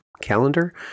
calendar